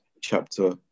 chapter